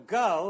go